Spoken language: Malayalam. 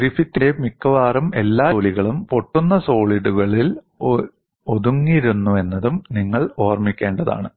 ഗ്രിഫിത്തിന്റെ മിക്കവാറും എല്ലാ ജോലികളും പൊട്ടുന്ന സോളിഡുകളിൽ ഒതുങ്ങിയിരുന്നുവെന്നതും നിങ്ങൾ ഓർമ്മിക്കേണ്ടതാണ്